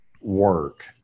work